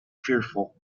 fearful